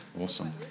awesome